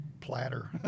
platter